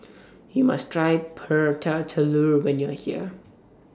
YOU must Try Prata Telur when YOU Are here